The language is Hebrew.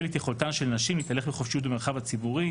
את יכולתן של נשים להתהלך בחופשיות במרחב הציבורי,